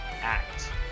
Act